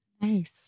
Nice